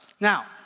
Now